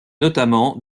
notamment